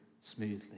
smoothly